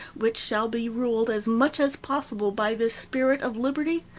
which shall be ruled as much as possible by this spirit of liberty,